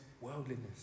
worldliness